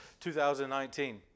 2019